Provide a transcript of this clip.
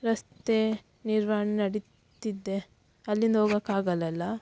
ರಸ್ತೆ ನಿರ್ವಹಣೆ ನಡಿತಿದೆ ಅಲ್ಲಿಂದ ಹೋಗೋಕ್ಕಾಗಲ್ಲಲ